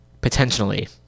potentially